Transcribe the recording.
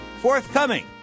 Forthcoming